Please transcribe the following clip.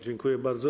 Dziękuję bardzo.